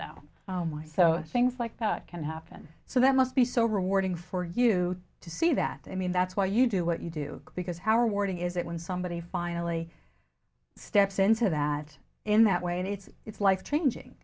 now so things like that can happen so that must be so rewarding for you to see that i mean that's why you do what you do because how are warding is it when somebody finally steps into that in that way and it's it's like changing